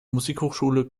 musikhochschule